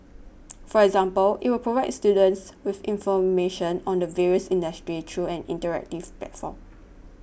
for example it will provide students with information on the various industries through an interactive platform